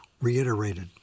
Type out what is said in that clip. reiterated